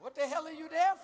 what the hell are you there